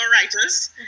writers